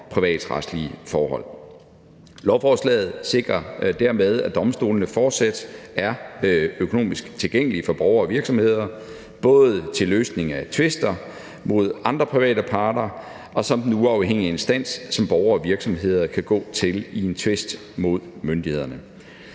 privatretslige forhold. Lovforslaget sikrer dermed, at domstolene fortsat er økonomisk tilgængelige for borgere og virksomheder, både til løsning af tvister mod private parter og som den uafhængige instans, som borgere og virksomheder kan gå til i en tvist mod myndighederne.